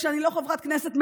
כשאני לא חברת כנסת,